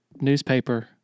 newspaper